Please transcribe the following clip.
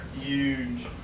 Huge